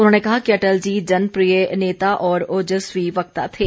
उन्होंने कहा कि अटल जी जनप्रिय नेता और ओजस्वी वक्ता थे